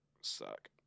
suck